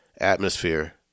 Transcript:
atmosphere